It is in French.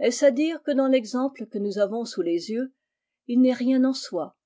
est-ce h dire que dans l'exemple que nous avons sous les yeux il n'est rien en soi